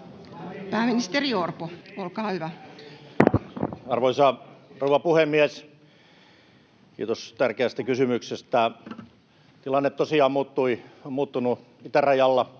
sd) Time: 16:01 Content: Arvoisa rouva puhemies! Kiitos tärkeästä kysymyksestä. Tilanne tosiaan on muuttunut itärajalla,